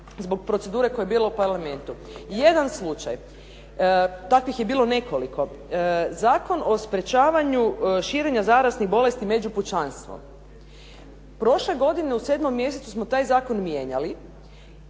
zbog procedure koja je bila u Parlamentu. Jedan slučaj, takvih je bilo nekoliko. Zakon o sprječavanju širenja zaraznih bolesti među pučanstvom. Prošle godine u 7. mjesecu smo taj zakon mijenjali,